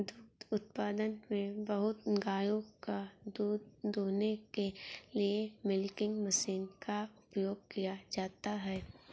दुग्ध उत्पादन में बहुत गायों का दूध दूहने के लिए मिल्किंग मशीन का उपयोग किया जाता है